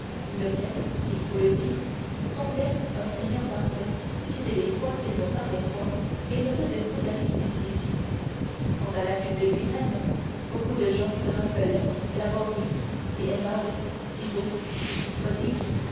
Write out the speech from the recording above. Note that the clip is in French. lequel il faut le dire semblait un seigneur parfait toutes les fois qu'il ne parlait point et ne faisait point d'arithmétique quant à l'accusé lui-même beaucoup de gens se rappelaient l'avoir vu si aimable si beau si prodigue